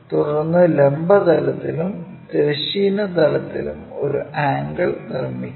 തുടർന്ന് ലംബ തലത്തിലും തിരശ്ചീന തലത്തിലും ഒരു ആംഗിൾ നിർമ്മിക്കുക